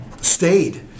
stayed